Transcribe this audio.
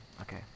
Okay